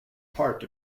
part